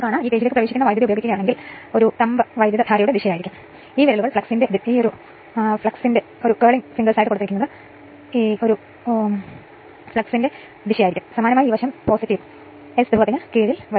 ഇപ്പോൾ ഉപകരണത്തിന്റെ വ്യാഖ്യാനം voltmeter reading 230 volt ammeter reading 2 ampere wattmeter meter reading 88 watt ആയിരിക്കും